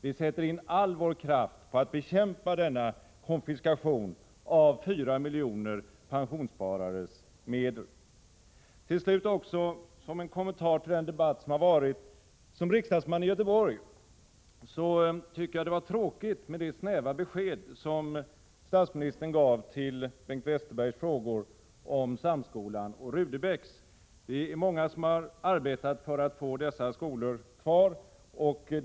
Vi sätter in all vår kraft på att bekämpa denna konfiskation av fyra miljoner pensionssparares medel. Låt mig också göra en kommentar till debatten om privata skolor. Som riksdagsman i Göteborg tycker jag det var tråkigt med det snäva besked som statsministern gav på Bengt Westerbergs frågor om Göteborgs högre samskola och Sigrid Rudebecks gymnasium. Det är många som har arbetat för att få dessa skolor kvar.